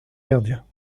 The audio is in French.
gardien